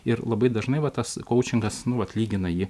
ir labai dažnai va tas kaučikas nu vat lygina jį